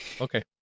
Okay